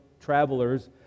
travelers